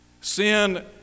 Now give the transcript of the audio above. Sin